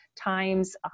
times